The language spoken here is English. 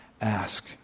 Ask